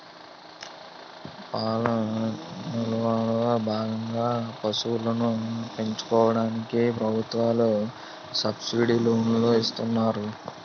పాల విప్లవం లో భాగంగా పశువులను పెంచుకోవడానికి ప్రభుత్వాలు సబ్సిడీ లోనులు ఇస్తున్నారు